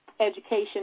Education